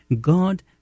God